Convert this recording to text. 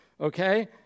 Okay